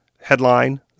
Headline